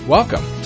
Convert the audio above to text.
Welcome